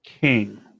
King